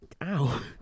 Ow